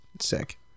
Sick